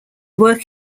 work